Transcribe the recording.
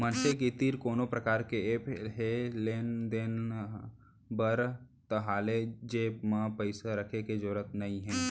मनसे के तीर कोनो परकार के ऐप हे लेन देन बर ताहाँले जेब म पइसा राखे के जरूरत नइ हे